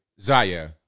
Zaya